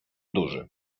duży